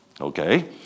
Okay